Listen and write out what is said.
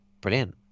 Brilliant